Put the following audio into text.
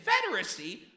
Confederacy